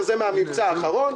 לא ביקשתי היום.